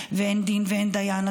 אין דין ואין דיין,